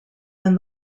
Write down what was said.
than